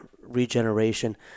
regeneration